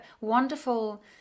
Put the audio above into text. wonderful